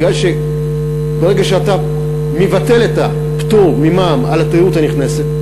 מפני שברגע שאתה מבטל את הפטור ממע"מ על התיירות הנכנסת,